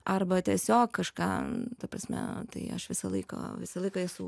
arba tiesiog kažką ta prasme tai aš visą laiką visą laiką esu